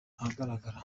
ahagaragara